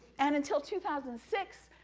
and until two thousand six,